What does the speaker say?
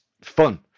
fun